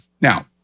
Now